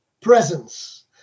presence